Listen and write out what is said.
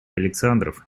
александров